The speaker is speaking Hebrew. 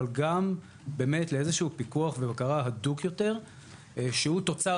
אבל גם באמת לפיקוח ובקרה הדוקים יותר שהוא תוצר